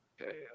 Okay